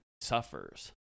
suffers